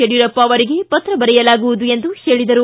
ಯಡಿಯುರಪ್ಪ ಅವರಿಗೆ ಪತ್ರ ಬರೆಯಲಾಗುವುದು ಎಂದು ಹೇಳಿದರು